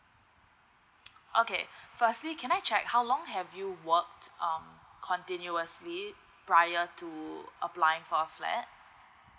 okay firstly can I check how long have you work um continuously prior to apply for a flat